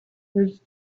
those